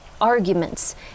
arguments